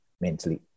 mentally